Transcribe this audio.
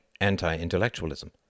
anti-intellectualism